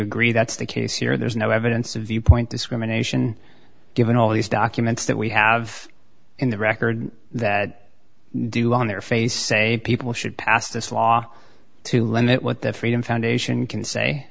agree that's the case here there's no evidence of viewpoint discrimination given all these documents that we have in the record that do on their face say people should pass this law to limit what the freedom foundation can say